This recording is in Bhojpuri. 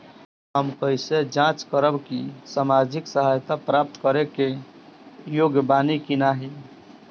हम कइसे जांच करब कि सामाजिक सहायता प्राप्त करे के योग्य बानी की नाहीं?